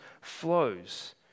flows